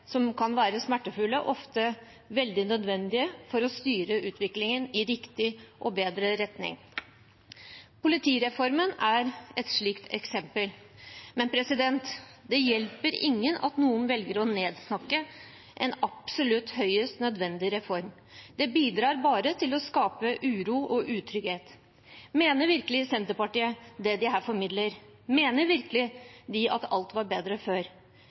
som kan være smertefulle, ofte veldig nødvendig for å styre utviklingen i en riktig og bedre retning. Politireformen er et eksempel på det. Men det hjelper ingen at noen velger å snakke ned en høyst nødvendig reform. Det bidrar bare til å skape uro og utrygghet. Mener virkelig Senterpartiet det de her formidler? Mener de virkelig at alt var bedre før?